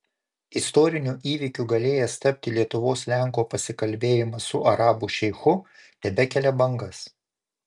istoriniu įvykiu galėjęs tapti lietuvos lenko pasikalbėjimas su arabų šeichu tebekelia bangas